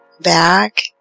back